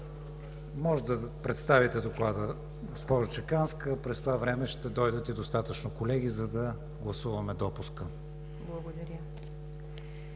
Може да представите Доклада, госпожо Чеканска. През това време ще дойдат и достатъчно колеги, за да гласуваме допуска. ДОКЛАДЧИК